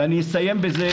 אגב,